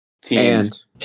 teams